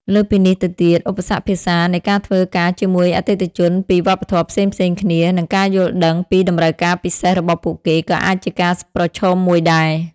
លើសពីនេះទៅទៀត ឧបសគ្គភាសា នៃការធ្វើការជាមួយអតិថិជនពីវប្បធម៌ផ្សេងៗគ្នា និងការយល់ដឹងពីតម្រូវការពិសេសរបស់ពួកគេក៏អាចជាការប្រឈមមួយដែរ។